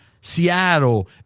Seattle